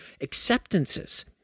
acceptances